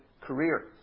career